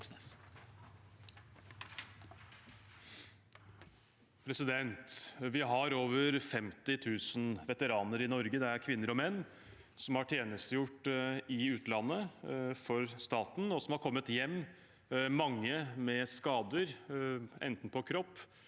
Vi har over 50 000 veteraner i Norge. Det er kvinner og menn som har tjenestegjort i utlandet for staten, og som har kommet hjem – mange med skader, enten på kropp